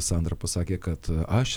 sandra pasakė kad aš